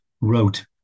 wrote